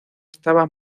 estaba